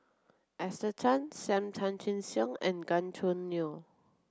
Esther Tan Sam Tan Chin Siong and Gan Choo Neo